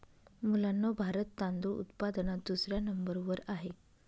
मुलांनो भारत तांदूळ उत्पादनात दुसऱ्या नंबर वर आहे